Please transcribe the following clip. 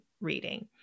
reading